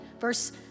verse